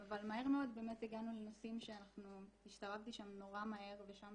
אבל מהר מאוד באמת הגענו לנושאים שהשתלבתי שם מאוד מהר ושם